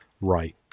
right